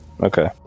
okay